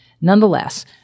Nonetheless